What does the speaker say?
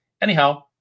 Anyhow